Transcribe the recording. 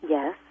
Yes